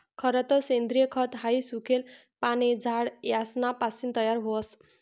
खरतर सेंद्रिय खत हाई सुकेल पाने, झाड यासना पासीन तयार व्हस